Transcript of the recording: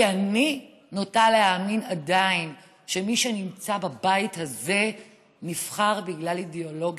כי אני נוטה להאמין עדיין שמי שנמצא בבית הזה נבחר בגלל אידיאולוגיה,